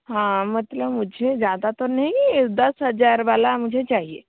हाँ मतलब मुझे ज़्यादा तो नहीं ये दस हज़ार वाला मुझे चाहिए